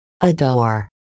Adore